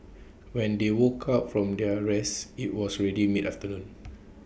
when they woke up from their rest IT was already mid afternoon